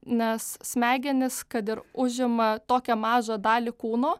nes smegenys kad ir užima tokią mažą dalį kūno